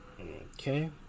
Okay